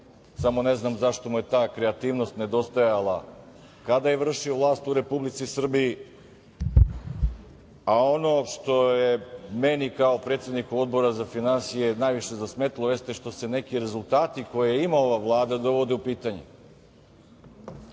samo ne znam zašto mu je ta kreativnost nedostajala kada je vršio vlast u Republici Srbiji. Ono što je meni kao predsedniku Odbora za finansije, najviše zasmetalo, jeste što se neki rezultati koje ima ova Vlada dovode u pitanje. Pre